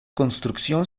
construcción